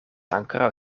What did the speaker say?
ankoraŭ